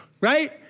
right